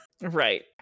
Right